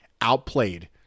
outplayed